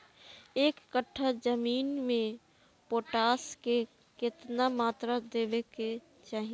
एक कट्ठा जमीन में पोटास के केतना मात्रा देवे के चाही?